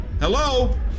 Hello